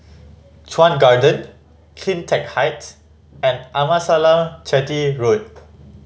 Chuan Garden Cleantech Height and Amasalam Chetty Road